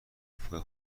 وفای